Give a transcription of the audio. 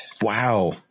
Wow